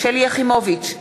שלי יחימוביץ,